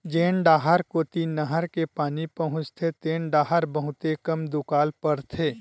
जेन डाहर कोती नहर के पानी पहुचथे तेन डाहर बहुते कम दुकाल परथे